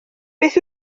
beth